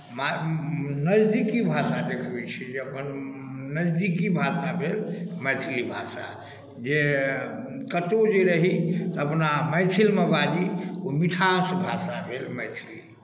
भा नजदीकी भाषा देखबैत छै जे अपन नजदीकी भाषा भेल मैथिली भाषा जे कतहु जे रही तऽ अपना मैथिलमे बाजी ओ मिठास भाषा भेल मैथिली